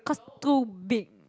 cause too big